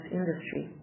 industry